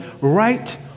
right